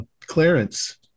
clarence